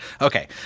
Okay